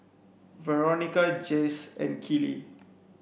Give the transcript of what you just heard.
Veronica Jase and Keeley